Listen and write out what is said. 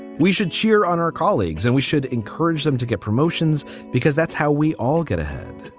we should cheer on our colleagues, and we should encourage them to get promotions, because that's how we all get ahead.